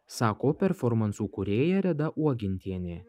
sako performansų kūrėja reda uogintienė